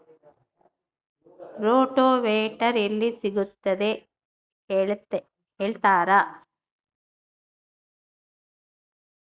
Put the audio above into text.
Rotavator ಎಲ್ಲಿ ಸಿಗುತ್ತದೆ ಹೇಳ್ತೇರಾ?